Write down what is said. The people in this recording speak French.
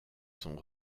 sont